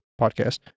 podcast